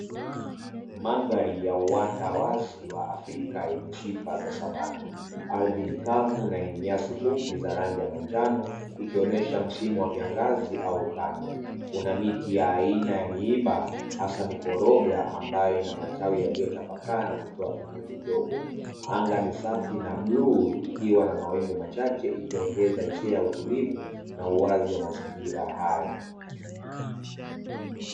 Mandhari ya uanda wazi wa Afrika yenye sifa za savana. Ardhi ni kavu na yenye nyasi fupi za rangi ya manjano, ikionyesha msimu wa kiangazi au ukame. Kuna miti ya aina ya miiba, hasa mikoroga ambayo ina matawi iliyotapakaa na kutoa kivuli kidogo. Anga ni safi na bluu ikiwa na mawingu machache ikiongeza hisia ya utulivu na uwazi wa mazingira haya.